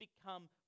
become